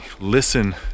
listen